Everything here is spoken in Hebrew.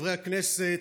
חברי הכנסת,